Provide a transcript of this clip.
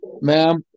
ma'am